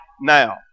now